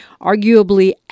arguably